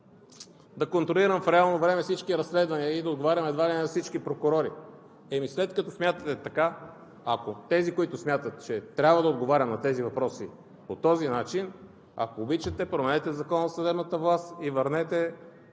да контролирам в реално време всички разследвания и да отговарям едва ли не на всички прокурори. Ами, след като смятате така… Ако тези, които смятате така, ако тези, които смятат, че трябва да отговарям на тези въпроси по този начин, ако обичате, променете Закона за съдебната власт и върнете